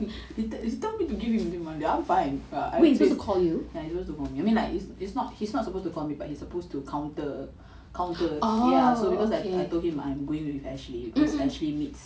he tell me to give him until monday I am fine but ya he's supposed to call me I mean he's not suppose to call me but he's suppose to counter ya because I told him I am going with ashley cause ashley meets